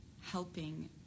helping